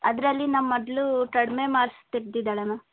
ಅದರಲ್ಲಿ ನಮ್ಮ ಮಗಳು ಕಡಿಮೆ ಮಾರ್ಕ್ಸ್ ತೆಗೆದಿದ್ದಾಳೆ ಮ್ಯಾಮ್